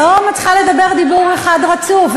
אני לא מצליחה לדבר דיבור אחד רצוף,